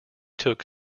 took